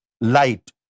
Light